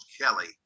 Kelly